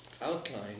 outline